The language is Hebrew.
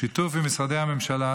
בשיתוף עם משרדי הממשלה,